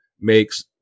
makes